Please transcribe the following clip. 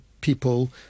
people